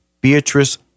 Beatrice